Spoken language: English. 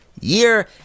year